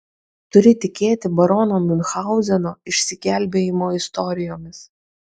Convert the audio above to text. turi tikėti barono miunchauzeno išsigelbėjimo istorijomis